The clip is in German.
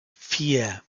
vier